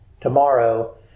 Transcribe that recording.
tomorrow